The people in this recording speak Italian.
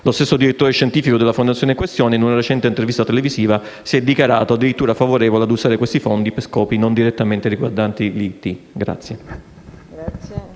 Lo stesso direttore scientifico della fondazione in questione, in una recente intervista televisiva, si è dichiarato addirittura favorevole ad usare questi fondi per scopi non direttamente riguardanti l'istituto